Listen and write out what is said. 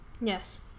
Yes